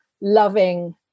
loving